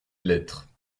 lettres